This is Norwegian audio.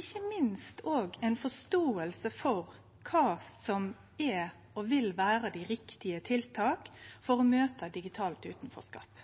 ikkje minst ei forståing for kva som er og vil vere dei riktige tiltaka for å møte digital utanforskap.